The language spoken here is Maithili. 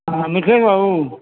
निखिल बाबू